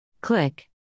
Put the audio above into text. Click